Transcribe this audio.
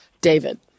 David